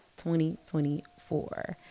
2024